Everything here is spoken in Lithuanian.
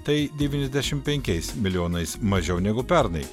tai devyniasdešimt penkiais milijonais mažiau negu pernai